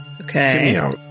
Okay